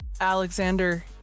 Alexander